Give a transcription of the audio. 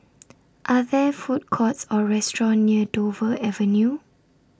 Are There Food Courts Or restaurants near Dover Avenue